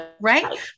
Right